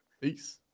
Peace